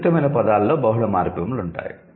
సంక్లిష్టమైన పదాలలో బహుళ మార్ఫిమ్లు ఉంటాయి